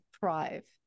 thrive